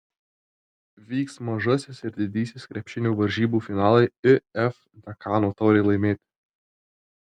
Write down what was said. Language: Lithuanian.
vyks mažasis ir didysis krepšinio varžybų finalai if dekano taurei laimėti